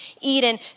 Eden